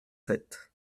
sept